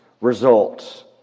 results